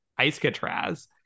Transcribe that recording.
icecatraz